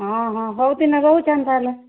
ହଁ ହଁ ହଉ ଟିନା ରହୁଛି ଏନ୍ତା ହେଲେ